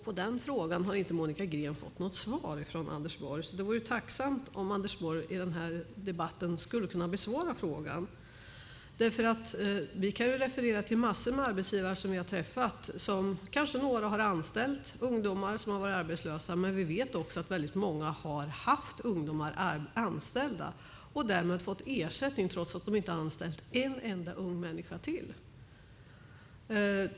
På den frågan har inte Monica Green fått något svar från Anders Borg. Jag vore tacksam om Anders Borg skulle kunna besvara frågan i debatten. Vi kan referera till massor med arbetsgivare som vi har träffat. Några kanske har anställt ungdomar som har varit arbetslösa, men vi vet också att många har haft ungdomar anställda och därmed fått ersättning trots att de inte har anställt en enda ung människa till.